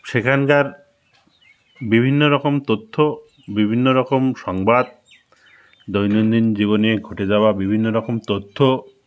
সেখানকার বিভিন্ন রকম তথ্য বিভিন্ন রকম সংবাদ দৈনন্দিন জীবনে ঘটে যাওয়া বিভিন্ন রকম তথ্য